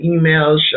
emails